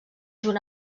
junt